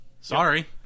Sorry